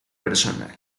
personal